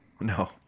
No